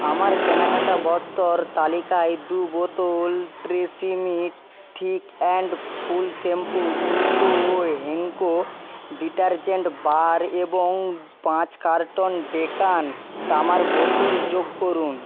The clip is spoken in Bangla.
আমার কেনাকাটার বস্তুর তালিকায় দু বোতল Tresemme thick and full shampoo দুটো হেঙ্কো ডিটারজেন্ট বার এবং পাঁচ কার্টুন ডেকান তামার বোতল যোগ করুন